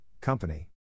Company